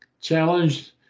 challenged